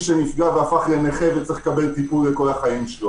שנפגע והפך נכה וצריך לקבל טיפול כל חייו.